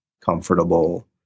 comfortable